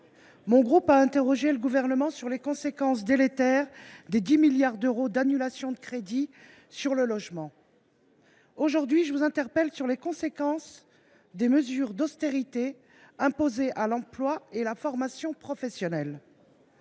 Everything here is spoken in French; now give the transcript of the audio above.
mon groupe a interrogé le Gouvernement sur les conséquences délétères des 10 milliards d’euros d’annulation de crédits sur le logement. Aujourd’hui, je vous interpelle sur les conséquences des mesures d’austérité imposées à l’emploi et à la formation professionnelle.